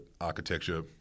architecture